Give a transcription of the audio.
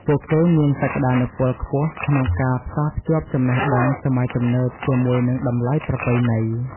ពួកគេមានសក្ដានុពលខ្ពស់ក្នុងការផ្សារភ្ជាប់ចំណេះដឹងសម័យទំនើបជាមួយនឹងតម្លៃប្រពៃណី។